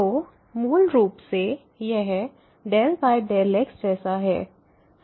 तो मूल रूप से यह ∂xजैसा है